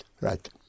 Right